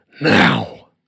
now